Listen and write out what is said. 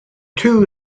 two